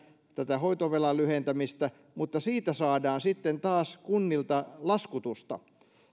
tätä hoitovelan lyhentämistä mutta siitä saadaan sitten taas kunnilta laskutusta